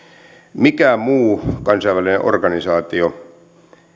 mikään muu kansainvälinen organisaatio